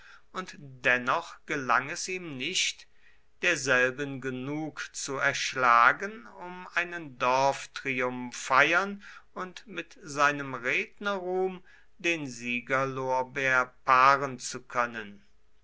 und dennoch gelang es ihm nicht derselben genug zu erschlagen um einen dorftriumph feiern und mit seinem rednerruhm den siegerlorbeer paaren zu können